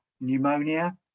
pneumonia